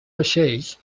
vaixells